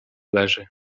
leży